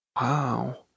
Wow